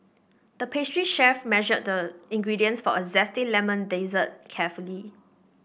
the pastry chef measured the ingredients for a zesty lemon dessert carefully